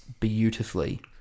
beautifully